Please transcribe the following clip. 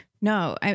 No